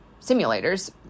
simulators